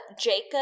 jacob